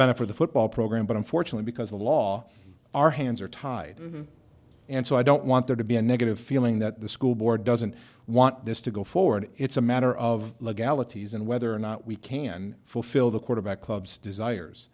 benefit the football program but unfortunately because the law our hands are tied and so i don't want there to be a negative feeling that the school board doesn't want this to go forward it's a matter of legalities and whether or not we can fulfill the quarterback club's desires